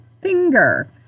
finger